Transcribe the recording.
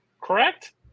Correct